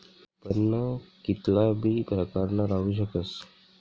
उत्पन्न कित्ला बी प्रकारनं राहू शकस